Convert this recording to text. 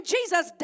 Jesus